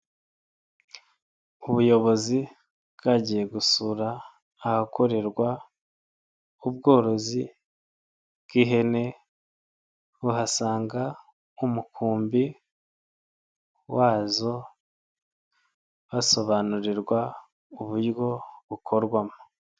Ubuyobozi bwagiye gusura ahakorerwa ubworozi bw' ihene, buhasanga umukumbi wazo basobanurirwa uburyo bukorwamo.